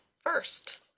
first